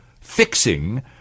fixing